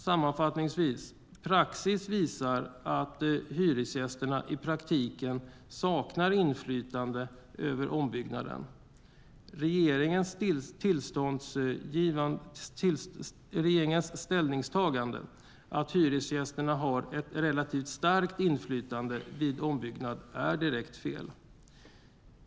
Sammanfattningsvis visar praxis att hyresgästerna i praktiken saknar inflytande över ombyggnaden. Regeringens ställningstagande att hyresgästerna har ett relativt starkt inflytande vid ombyggnad är direkt fel.